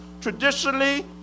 traditionally